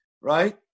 right